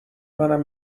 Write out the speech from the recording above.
منم